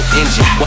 engine